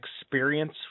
experience